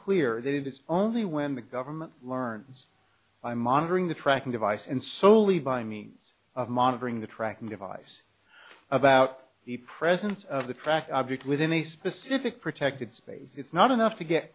that it is only when the government learns by monitoring the tracking device and solely by means of monitoring the tracking device about the presence of the tracked object within a specific protected space it's not enough to get